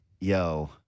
yo